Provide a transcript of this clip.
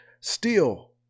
steel